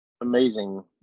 amazing